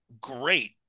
great